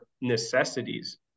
necessities